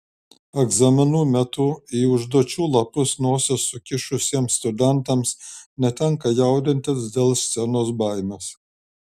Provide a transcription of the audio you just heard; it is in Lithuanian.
egzaminų metu į užduočių lapus nosis sukišusiems studentams netenka jaudintis dėl scenos baimės